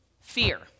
fear